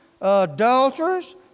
adulterers